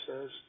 says